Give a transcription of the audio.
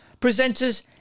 presenters